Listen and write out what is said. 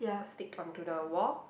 stick onto the wall